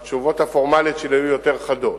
התשובות הפורמליות שלי היו יותר חדות.